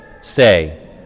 say